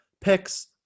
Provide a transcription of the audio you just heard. picks